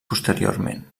posteriorment